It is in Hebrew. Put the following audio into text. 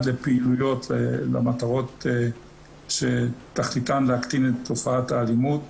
לפעילויות למטרות שתכליתן להקטין את תופעת האלימות.